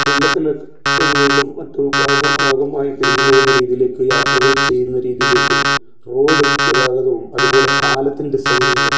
വെള്ളത്തില് പോലും മറ്റ് വേഗം വേഗമായി പിരിഞ്ഞ് പോകുന്ന രീതീയിലേക്ക് യാത്രകൾ ചെയ്യുന്ന രീതീയിലേക്കും റോഡ് ഗതാഗതവും അതുപോലെ പാലത്തിൻ്റെ സൗകര്യങ്ങളും